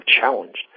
challenged